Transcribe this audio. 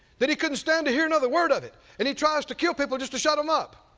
that he couldn't stand to hear another word of it and he tries to kill people just to shut them up?